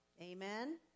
amen